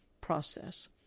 process